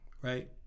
right